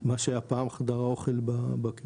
ומה שהיה פעם חדר האוכל בקיבוץ.